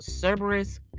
Cerberus